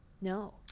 No